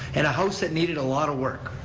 and a house that needed a lot of work.